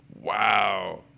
Wow